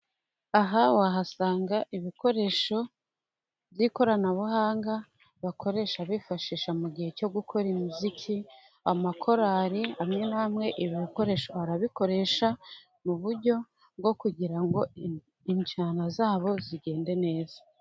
Aha wahasanga ibikoresho by'ikoranabuhanga bakoresha bifashisha mu gihe cyo gukora umuziki, amakorari amwe na amwe ibi bikoresho arabikoresha, mu buryo bwo kugira ngo injyana za bo zigende neza.